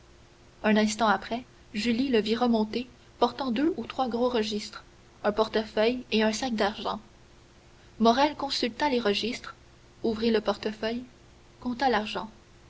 un instant après julie le vit remonter portant deux ou trois gros registres un portefeuille et un sac d'argent morrel consulta les registres ouvrit le portefeuille compta l'argent